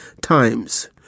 Times